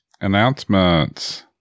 Announcements